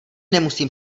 nemusím